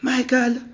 Michael